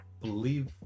believe